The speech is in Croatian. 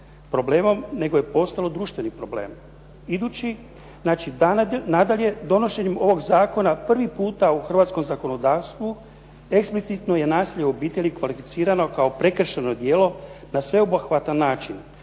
problemom nego je postalo društveni problem. Idući, nadalje donošenjem ovog zakona prvi puta u hrvatskom zakonodavstvu eksplicitno je nasilje u obitelji kvalificirano kao prekršajno djelo na sveobuhvatan način